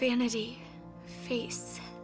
vanity face